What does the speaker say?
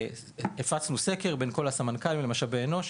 הפצנו סקר בין כל סמנכ"לי משאבי האנוש,